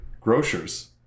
grocers